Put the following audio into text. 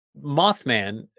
Mothman